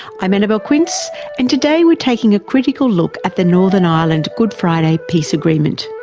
i'm annabelle quince and today we're taking a critical look at the northern ireland good friday peace agreement.